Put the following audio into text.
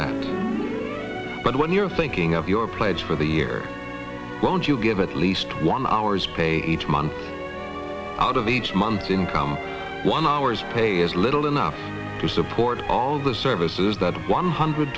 that but when you're thinking of your pledge for the year won't you give at least one hour's pay each month out of each month's income one hour's pay is little enough to support all the services that one hundred